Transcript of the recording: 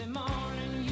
morning